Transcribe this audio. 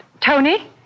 Tony